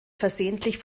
versehentlich